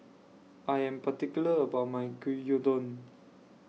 I Am particular about My Gyudon